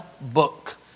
book